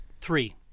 Three